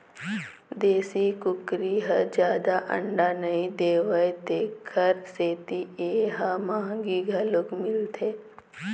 देशी कुकरी ह जादा अंडा नइ देवय तेखर सेती ए ह मंहगी घलोक मिलथे